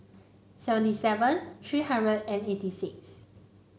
seventy seven three hundred and eighty six